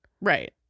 Right